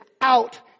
out